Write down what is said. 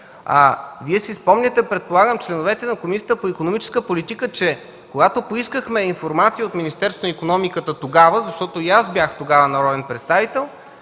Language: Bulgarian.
си спомняте – членовете на Комисията по икономическата политика, че когато поискахме информация от Министерството на икономиката, защото и аз бях тогава народен представител,